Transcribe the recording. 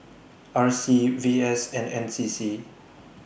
R C V S and N C C